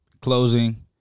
closing